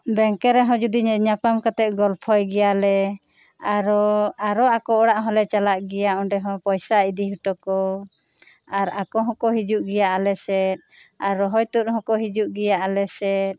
bank ᱨᱮᱦᱚᱸ ᱡᱩᱫᱤᱢ ᱧᱟᱯᱟᱢ ᱠᱟᱛᱮᱜ ᱜᱚᱞᱯᱷᱚᱭ ᱜᱮᱭᱟ ᱞᱮ ᱟᱨᱚ ᱟᱨᱚ ᱟᱠᱚ ᱚᱲᱟᱜ ᱦᱚᱸ ᱞᱮ ᱪᱟᱞᱟᱜ ᱜᱮᱭᱟ ᱚᱸᱰᱮ ᱦᱚᱸ ᱯᱚᱭᱥᱟ ᱤᱫᱤ ᱦᱚᱴᱚ ᱠᱚ ᱟᱨ ᱟᱠᱚ ᱦᱚᱸᱠᱚ ᱦᱤᱡᱩᱜ ᱜᱮᱭᱟ ᱟᱞᱮ ᱥᱮᱫ ᱟᱨ ᱨᱚᱦᱚᱭ ᱛᱩᱫ ᱦᱚᱸᱠᱚ ᱦᱟᱹᱡᱩᱜ ᱜᱮᱭᱟ ᱟᱞᱮ ᱥᱮᱫ